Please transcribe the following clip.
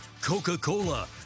coca-cola